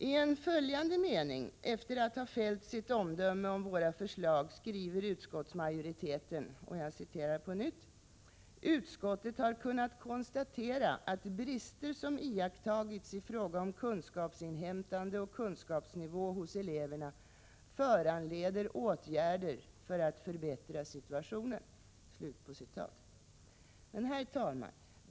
I en följande mening, efter att ha fällt sitt omdöme om våra förslag, skriver utskottsmajoriteten: ”Utskottet har kunnat konstatera att brister som iakttagits i fråga om kunskapsinhämtande och kunskapsnivå hos eleverna föranleder åtgärder för att förbättra situationen.” Herr talman!